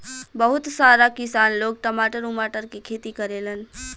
बहुत सारा किसान लोग टमाटर उमाटर के खेती करेलन